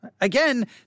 Again